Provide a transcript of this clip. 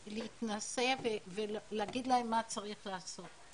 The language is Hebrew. להתנשא ולהגיד להם מה צריך לעשות.